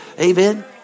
Amen